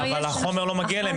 אבל החומר לא מגיע אליהם.